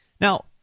Now